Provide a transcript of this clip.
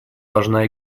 должна